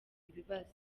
ibibazo